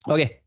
Okay